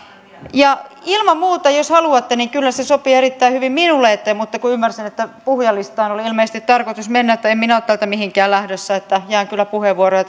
ilman muuta jos haluatte niin kyllä se sopii erittäin hyvin minulle mutta ymmärsin että puhujalistaan oli ilmeisesti tarkoitus mennä en minä ole täältä mihinkään lähdössä jään kyllä puheenvuoroja